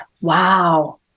wow